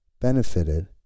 benefited